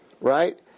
Right